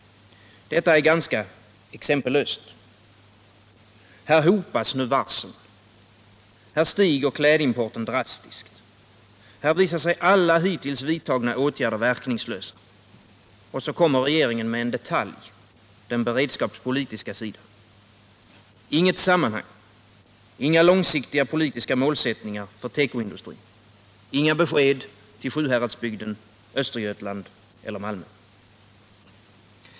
Detta är ganska exempellöst. Här hopas varslen. Här stiger klädimporten drastiskt. Här visar sig alla hittills vidtagna åtgärder verkningslösa. Och så kommer regeringen med en detalj — den beredskapspolitiska sidan. Inget sammanhang. Inga långsiktiga politiska målsättningar för tekoindustrin. Inga besked till Sjuhäradsbygden, Östergötland eller Malmö.